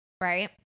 right